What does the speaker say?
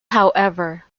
however